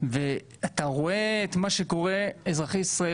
אתה רואה את מה שקורה אזרחי ישראל